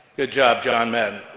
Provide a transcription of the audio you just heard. good job, john madden.